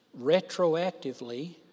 retroactively